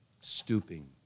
stooping